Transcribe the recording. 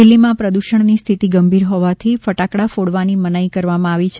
દિલ્ફીમાં પ્રદૂષણની સ્થિતિ ગંભીર હવાથી ફટાકડા ફોડવાની મનાઈ કરવામાં આવી છે